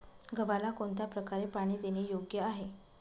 गव्हाला कोणत्या प्रकारे पाणी देणे योग्य आहे?